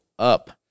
up